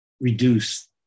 reduce